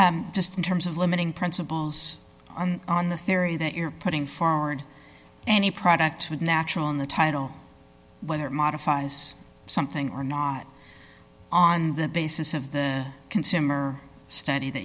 and just in terms of limiting principles on on the theory that you're putting far and any product with natural in the title when it modifies something or not on the basis of the consumer study th